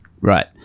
Right